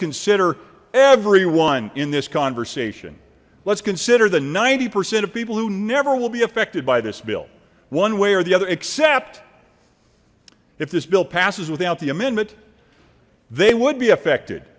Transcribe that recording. consider everyone in this conversation let's consider the ninety percent of people who never will be affected by this bill one way or the other except if this bill passes without the amendment they would be affected